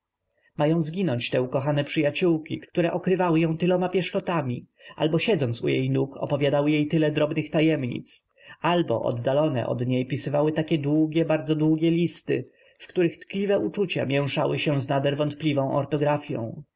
mają zginąć te ukochane przyjaciółki które okrywały ją tyloma pieszczotami albo siedząc u jej nóg opowiadały jej tyle drobnych tajemnic albo oddalone od niej pisywały takie długie bardzo długie listy w których tkliwe uczucia mięszały się z nader wątpliwą